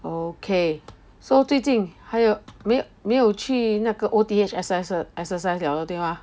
okay so 最近还有没有去那个 O T H S S err exercise 了了对吗